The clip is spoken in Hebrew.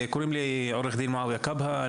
אני עו"ד מועאוויה כבהה.